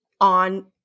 on –